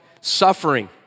suffering